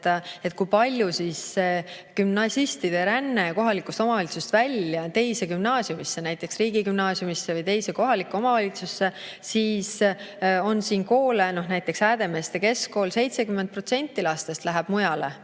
mujale, gümnasistide ränne kohalikust omavalitsusest välja teise gümnaasiumisse, näiteks riigigümnaasiumisse või teise kohalikku omavalitsusse. Siin on koole, no näiteks Häädemeeste Keskkool, kus 70% lastest läheb mujale.